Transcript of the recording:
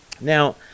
Now